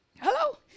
Hello